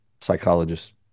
psychologist